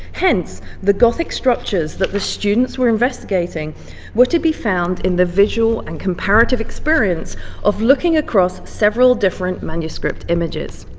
hence, the gothic structures that the students were investigating were to be found in the visual and comparative experience of looking across several different manuscript images.